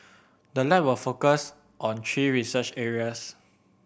the lab will focus on three research areas